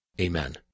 Amen